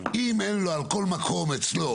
אם אין לו על כל מקום אצלו